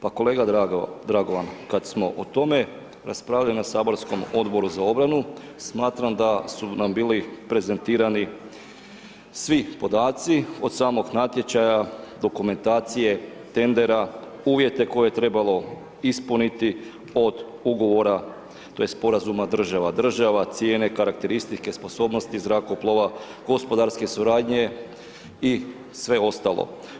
Pa kolega Drago, Dragovan, kad smo o tome raspravljali na Saborskom odboru za obranu, smatram da su nam bili prezentirani svi podaci, od samog natječaja, dokumentacije, tendera uvjete koje je trebalo ispuniti od ugovora tj. sporazuma država, države, cijene, karakteristike, sposobnosti zrakoplova, gospodarske suradnje i sve ostalo.